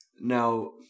Now